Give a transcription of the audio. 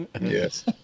Yes